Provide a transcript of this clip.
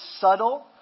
subtle